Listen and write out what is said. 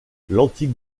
l’antique